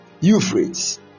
Euphrates